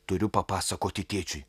turiu papasakoti tėčiui